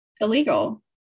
illegal